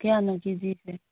ꯀꯌꯥꯅꯣ ꯀꯦꯖꯤꯁꯦ